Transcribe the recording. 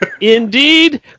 Indeed